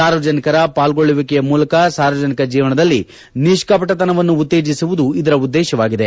ಸಾರ್ವಜನಿಕರ ಪಾಲ್ಗೊಳ್ಳುವಿಕೆಯ ಮೂಲಕ ಸಾರ್ವಜನಿಕ ಜೀವನದಲ್ಲಿ ನಿಷ್ಠಪಟತನವನ್ನು ಉತ್ತೇಜಿಸುವುದು ಇದರ ಉದ್ದೇಶವಾಗಿದೆ